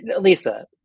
Lisa